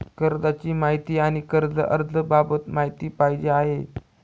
कर्ज माहिती आणि कर्ज अर्ज बाबत माहिती पाहिजे आहे